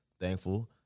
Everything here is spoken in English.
thankful